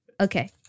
Okay